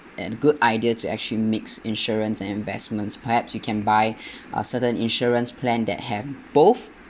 and a good idea to actually mix insurance and investments perhaps you can buy uh certain insurance plan that have both